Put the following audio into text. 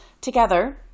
Together